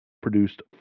produced